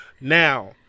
Now